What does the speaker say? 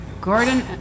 Gordon